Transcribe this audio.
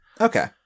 Okay